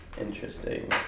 interesting